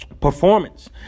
performance